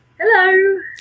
Hello